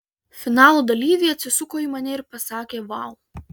finalo dalyviai atsisuko į mane ir pasakė vau